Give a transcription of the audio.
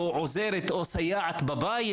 עוזרת או סייעת בבית,